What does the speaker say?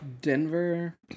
Denver